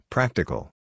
Practical